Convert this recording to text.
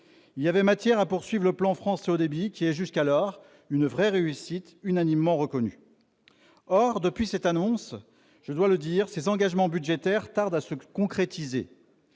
Il y avait matière à poursuivre le plan France Très haut débit qui est jusqu'alors une réussite unanimement reconnue. Or depuis cette annonce, je dois le dire, ces engagements budgétaires tardent à se concrétiser.